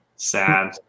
Sad